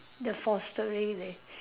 the fostering they